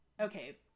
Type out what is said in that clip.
Okay